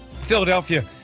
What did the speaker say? Philadelphia